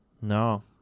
No